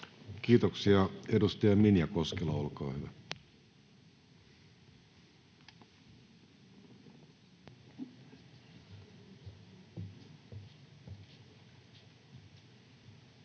Kiitoksia. — Edustaja Minja Koskela, olkaa hyvä. [Speech